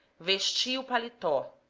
vesti o paleto,